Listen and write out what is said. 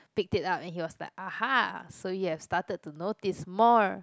picked it up and he was like ah ha so you have started to notice more